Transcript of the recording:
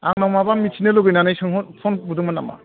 आंनाव माबा मिथिनो लुबैनानै सोंहर फन बुदोंमोन नामा